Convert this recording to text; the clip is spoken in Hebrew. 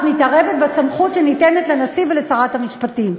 את מתערבת בסמכות שניתנת לנשיא ולשרת המשפטים.